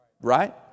Right